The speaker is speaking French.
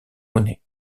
monet